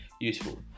useful